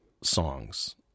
songs